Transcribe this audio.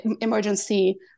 emergency